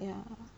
ya